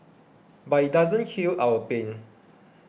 but it doesn't heal our pain